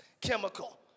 chemical